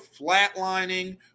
flatlining